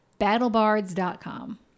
BattleBards.com